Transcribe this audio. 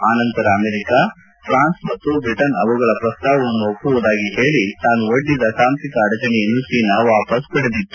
ಆನಂತರ America France ಮತ್ತು Britain ಅವುಗಳ ಪ್ರಸ್ತಾವವನ್ನು ಒಪ್ಸುವುದಾಗಿ ಹೇಳಿ ತಾನು ಒಡ್ಡಿದ್ದ ತಾಂತ್ರಿಕ ಅಡಚಣೆಯನ್ನು ಚೀನಾ ವಾಪಸ್ ಪಡೆದಿತ್ತು